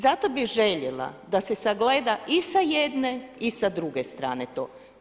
Zato bih željela da se sagleda i sa jedne i sa druge strane to.